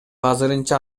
азырынча